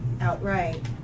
outright